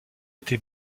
été